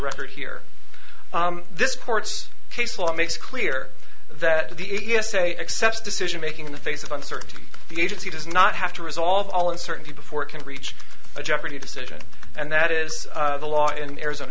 record here this court's case law makes clear that the e s a accepts decision making in the face of uncertainty the agency does not have to resolve all uncertainty before it can reach a jeopardy decision and that is the law in arizona